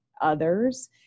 others